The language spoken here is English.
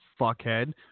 fuckhead